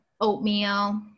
oatmeal